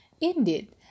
Indeed